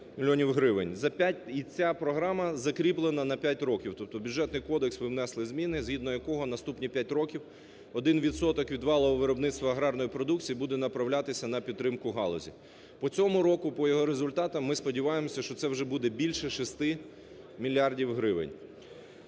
і ця програма закріплена на 5 років. Тобто в Бюджетний кодекс ви внесли зміни, згідно якого наступні 5 років один відсоток від валового виробництва аграрної продукції буде направлятися на підтримку галузі. По цьому року, по його результатам, ми сподіваємося, що це вже буде більше 6 мільярдів гривень.